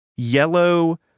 Yellow